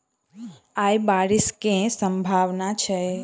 आय बारिश केँ सम्भावना छै?